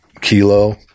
kilo